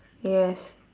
yes